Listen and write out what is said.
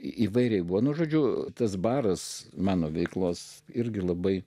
įvairiai buvo nu žodžiu tas baras mano veiklos irgi labai